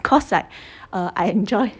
cause like uh I enjoy